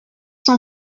son